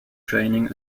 training